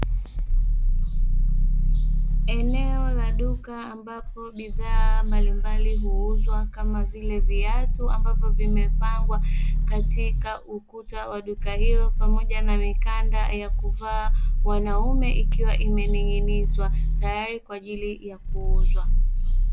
Eneo la duka ambapo bidhaa mbalimbali huuzwa kama vile viatu ambavyo vimepangwa katika ukuta wa duka hilo, pamoja na mikanda ya kuvaa wanaume ikiwa imening'inizwa tayari kwa ajili ya kuuzwa.